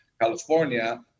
California